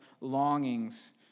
longings